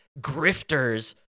grifters